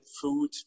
food